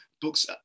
books